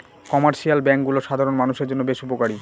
commercial ব্যাঙ্কগুলো সাধারণ মানষের জন্য বেশ উপকারী